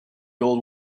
old